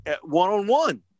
one-on-one